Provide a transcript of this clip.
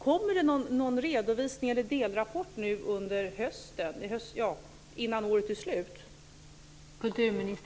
Kommer det någon redovisning eller delrapport innan året är slut?